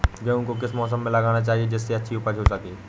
गेहूँ को किस मौसम में लगाना चाहिए जिससे अच्छी उपज हो सके?